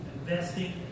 investing